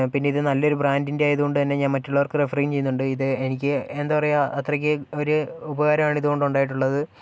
പിന്നെ ഇത് നല്ലൊരു ബ്രാൻഡിൻറ്റെ ആയതുകൊണ്ട് തന്നെ ഞാൻ മറ്റുള്ളവർക്ക് റഫറും ചെയ്യുന്നുണ്ട് ഇത് എനിക്ക് എന്താ പറയുക അത്രയ്ക്ക് ഒരു ഉപകാരമാണ് ഇതുകൊണ്ടുണ്ടായിട്ടുള്ളത്